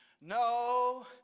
No